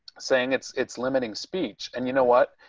saying it's it's limiting speech. and you know what,